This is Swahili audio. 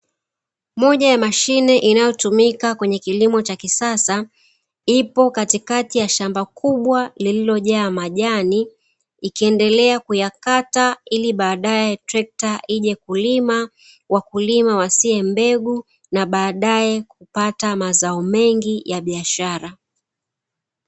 Moja ya mashine inayotumika kwenye kilimo cha kisasa ipo katikati ya shamba kubwa lililojaa majani ikiendelea kuyakata ili baadae trekta ije kulima, wakulima wasie mbegu na baadae kupata mazao mengi ya biashara.